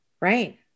Right